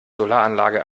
solaranlage